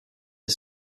des